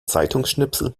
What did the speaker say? zeitungsschnipsel